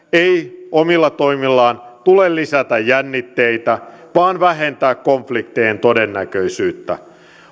ei omilla toimillaan tule lisätä jännitteitä vaan vähentää konfliktien todennäköisyyttä